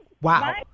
Wow